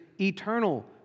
eternal